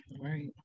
Right